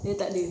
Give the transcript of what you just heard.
dayah tak ada